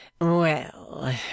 Well